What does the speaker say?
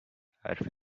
حرف